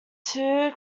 two